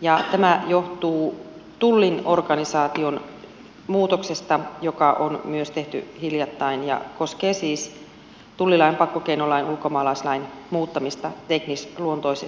ja tämä johtuu tullin organisaation muutoksesta joka on myös tehty hiljattain ja koskee siis tullilain pakkokeinolain ja ulkomaalaislain muuttamista teknisluontoisesti